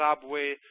subway